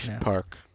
park